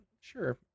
sure